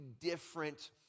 different